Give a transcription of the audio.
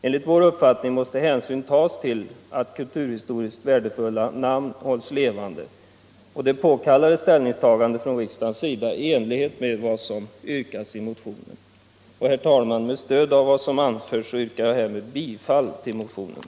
Enligt vår uppfattning måste hänsyn tas till önskemålet att kulturhistoriskt värdefulla namn hålls levande, och det påkallar ett ställningstagande från riksdagens sida i enlighet med vad som yrkas i motionen. Herr talman! Med stöd av vad som anförts yrkar jag härmed bifall till motionen.